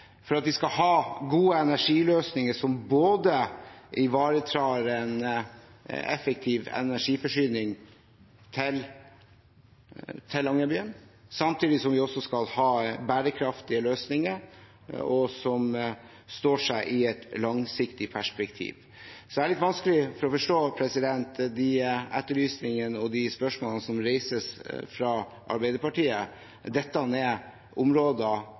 i framtiden. Vi skal ha gode energiløsninger som ivaretar en effektiv energiforsyning til Longyearbyen. Samtidig skal vi ha bærekraftige løsninger som står seg i et langsiktig perspektiv. Jeg har litt vanskelig for å forstå etterlysningene og spørsmålene som reises fra Arbeiderpartiet. Dette er områder